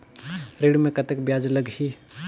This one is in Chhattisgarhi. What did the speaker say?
ऋण मे कतेक ब्याज लगही?